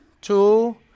two